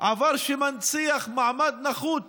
עבר שמנציח מעמד נחות